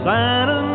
Santa